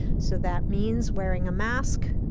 so that means wearing a mask,